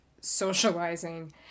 socializing